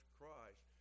Christ